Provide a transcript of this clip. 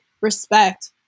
respect